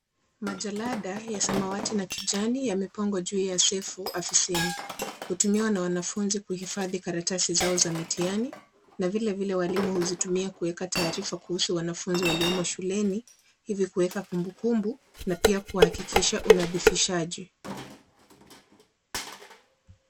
Majalada ya samawati na kijani yamepangwa juu ya sefu ofisini, hutumiwa na wanafunzi kuhifadhi karatasi zao za mitihani na vile vile, walimu hutumia kuweka taarifa ya wanafunzi waliomo shuleni, hivo kuweka kumbukumbu na pia kuhakikisha unadhifishaji.